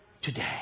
today